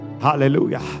hallelujah